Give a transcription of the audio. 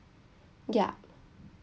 ya